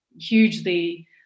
hugely